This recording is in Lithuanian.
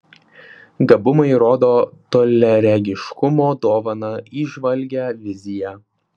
gabumai rodo toliaregiškumo dovaną įžvalgią viziją